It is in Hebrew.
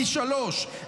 פי שלושה,